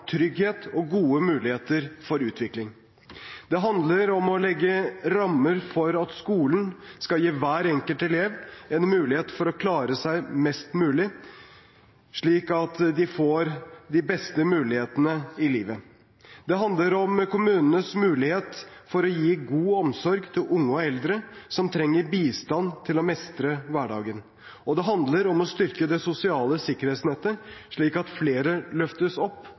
trygghet og gode muligheter for utvikling. Det handler om å legge rammer for at skolen skal gi hver enkelt elev en mulighet for å lære seg mest mulig, slik at de får de beste muligheter i livet. Det handler om kommunenes mulighet for å gi god omsorg til unge og eldre som trenger bistand til å mestre hverdagen. Og det handler om å styrke det sosiale sikkerhetsnettet, slik at flere løftes opp